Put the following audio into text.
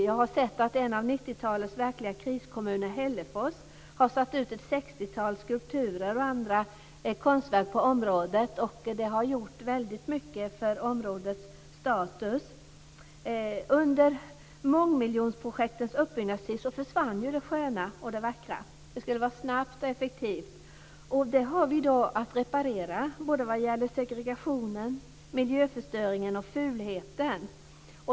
Jag har sett att en av 90-talets verkliga kriskommuner, Hällefors, har ställt ut ett sextiotal skulpturer och andra konstverk på ett område. Det har gjort väldigt mycket för områdets status. Under mångmiljonprojektets uppbyggnadstid försvann ju det sköna och det vackra. Det skulle vara snabbt och effektivt. Det får vi i dag reparera när det gäller segregationen, miljöförstöringen och fulheten.